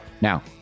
Now